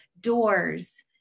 Doors